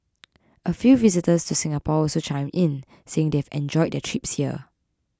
a few visitors to Singapore also chimed in saying they've enjoyed their trips here